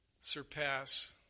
surpass